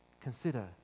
Consider